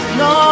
no